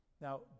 Now